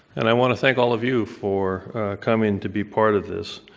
and i want to thank all of you for coming to be part of this